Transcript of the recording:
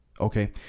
Okay